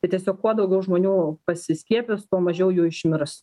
tai tiesiog kuo daugiau žmonių pasiskiepys tuo mažiau jų išmirs